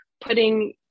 putting